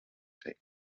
sec